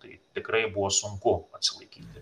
tai tikrai buvo sunku atsilaikyti